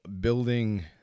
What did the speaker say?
building